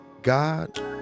God